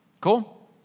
Cool